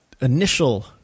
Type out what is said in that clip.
initial